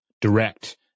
direct